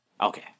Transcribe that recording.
Okay